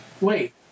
Wait